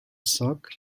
sock